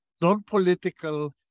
non-political